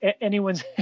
anyone's